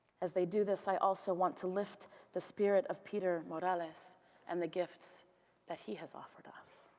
as they do this, i also want to lift the spirit of peter morales and the gifts that he has offered us.